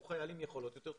הוא חייל עם יכולות יותר טובות,